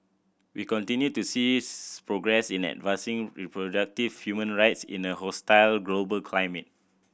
we continue to see progress in advancing reproductive human rights in a hostile global climate